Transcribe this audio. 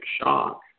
shock